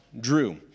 Drew